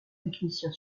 technicien